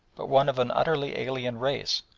but one of an utterly alien race,